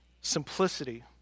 simplicity